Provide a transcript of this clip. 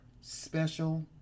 special